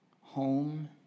home